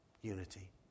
Unity